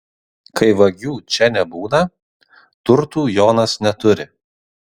kai vagių čia nebūna turtų jonas neturi